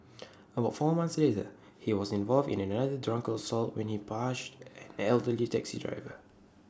about four months later he was involved in another drunken assault when he punched an elderly taxi driver